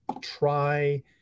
try